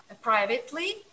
privately